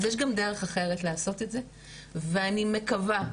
אז יש גם דרך אחרת לעשות את זה ואני מקווה,